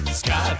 sky